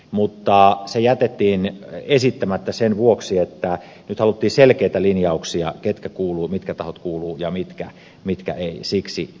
mutta se jätettiin esittämättä sen vuoksi että nyt haluttiin selkeitä linjauksia mitkä tahot kuuluvat ja mitkä eivät